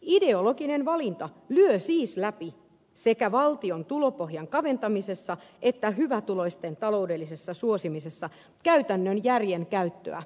ideologinen valinta lyö siis läpi sekä valtion tulopohjan kaventamisessa että hyvätuloisten taloudellisessa suosimisessa käytännön järjen käyttöä enemmän